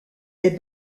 est